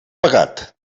pagat